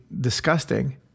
disgusting